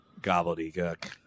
gobbledygook